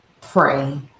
pray